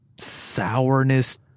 Sourness